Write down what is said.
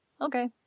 Okay